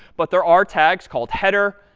but there are tags called header,